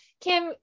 Kim